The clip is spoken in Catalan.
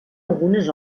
algunes